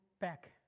back